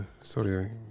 sorry